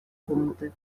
комнаты